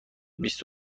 بیست